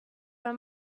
her